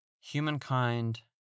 Humankind